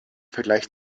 vergleich